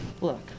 Look